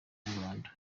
ikinyarwanda